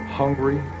hungry